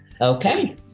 Okay